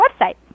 website